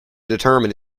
determine